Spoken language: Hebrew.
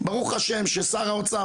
ברוך ה' ששר האוצר,